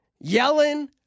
yelling